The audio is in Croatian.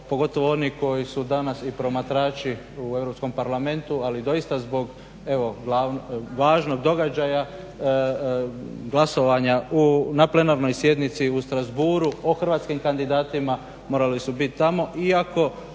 pogotovo oni koji su danas i promatrači u Europskom parlamentu ali doista zbog važnog događaja glasovanja na plenarnoj sjednici u Strasbourgu o hrvatskim kandidatima morali su biti tamo